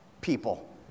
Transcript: people